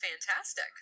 Fantastic